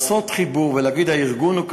לעשות חיבור ולהגיד: הארגון הוא כזה,